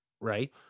Right